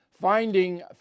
Finding